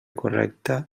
correcta